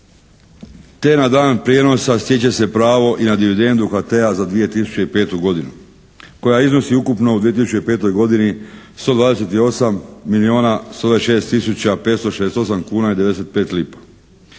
te na dan prijenosa stječe se pravo i na dividendu HT-a za 2005. godinu koja iznosi ukupno u 2005. godini 128 milijuna 126 tisuća 568 kuna i 95 lipa.